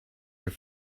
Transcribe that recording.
your